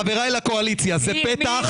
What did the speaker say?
חבריי לקואליציה, זה פתח למבצעים הבאים.